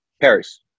Paris